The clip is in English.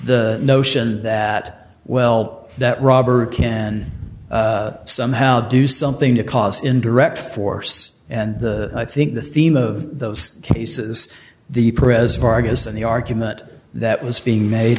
the notion that well that robber can somehow do something to cause indirect force and i think the theme of those cases the prez margus and the argument that was being made